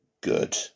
good